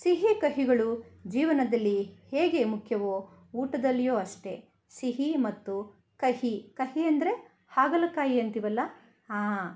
ಸಿಹಿ ಕಹಿಗಳು ಜೀವನದಲ್ಲಿ ಹೇಗೆ ಮುಖ್ಯವೋ ಊಟದಲ್ಲಿಯೂ ಅಷ್ಟೇ ಸಿಹಿ ಮತ್ತು ಕಹಿ ಕಹಿ ಅಂದರೆ ಹಾಗಲಕಾಯಿ ಅಂತೀವಲ್ಲ ಹಾಂ